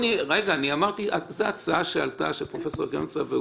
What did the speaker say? זו הצעה שעלתה מצדו של פרופסור קרמניצר.